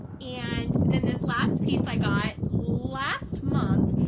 and then this last piece i got last month,